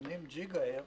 80 ג'יגה הרץ,